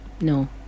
no